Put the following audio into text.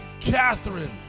Catherine